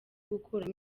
gukuramo